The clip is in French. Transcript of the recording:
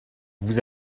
vous